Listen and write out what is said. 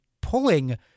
pulling